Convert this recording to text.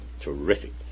Terrific